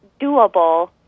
doable